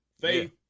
Faith